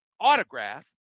Autograph